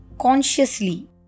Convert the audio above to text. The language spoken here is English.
Consciously